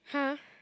!huh!